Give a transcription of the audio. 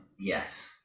yes